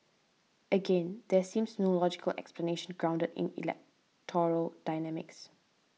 again there seems no logical explanation grounded in electoral dynamics